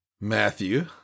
Matthew